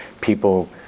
People